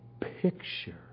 picture